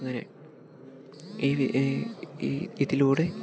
അങ്ങനെ ഇതിലൂടെ